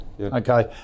Okay